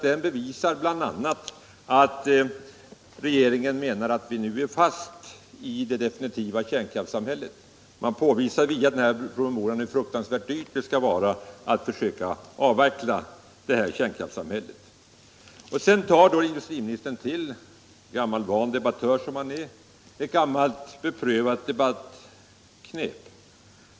Den bevisar bl.a. att regeringen menar att vi nu är fast i det definitiva kärnkraftssamhället. Man talar i denna promemoria om hur fruktansvärt dyrt det skulle vara att försöka avveckla kärnkraftssamhället, alltför dyrt. Industriministern tar till ett gammalt beprövat knep - gammal van debattör som han är.